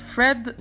Fred